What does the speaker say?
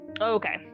okay